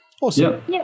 Awesome